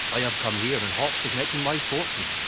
i have come here in hopes of making my fortune.